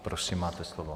Prosím, máte slovo.